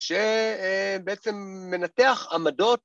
‫שבעצם מנתח עמדות...